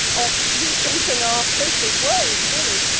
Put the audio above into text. of reshaping our social world, really.